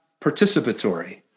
participatory